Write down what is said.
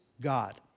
God